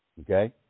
Okay